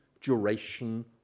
duration